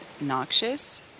noxious